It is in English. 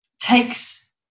takes